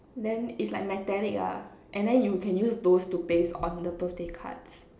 then is like metallic ah and then you can use those to paste on the birthday cards